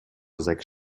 sechs